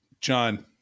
John